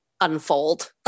unfold